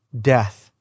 death